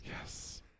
yes